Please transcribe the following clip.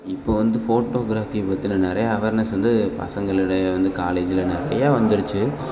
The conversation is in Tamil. இப்போது வந்து ஃபோட்டோக்ராஃபி பற்றின நிறையா அவேர்னஸ் வந்து பசங்களிடையே வந்து காலேஜில் நிறையா வந்துருச்சு